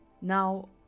Now